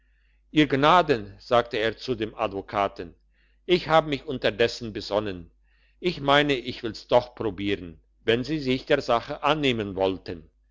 ihr gnaden sagte er zu dem advokaten ich hab mich unterdessen besonnen ich meine ich will's doch probieren wenn sie sich der sache annehmen wollten